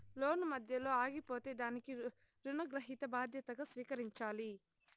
లోను మధ్యలో ఆగిపోతే దానికి రుణగ్రహీత బాధ్యతగా స్వీకరించాలి